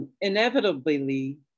inevitably